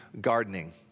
gardening